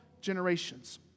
generations